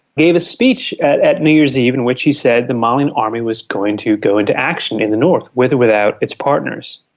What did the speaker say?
gave a speech at at new years eve in which he said, the malian army was going to go into action in the north, with or without its partners.